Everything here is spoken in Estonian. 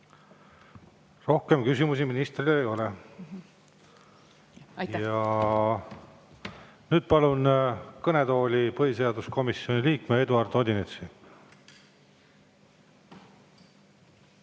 Rohkem küsimusi ministrile ei ole. Nüüd palun kõnetooli põhiseaduskomisjoni liikme Eduard Odinetsi.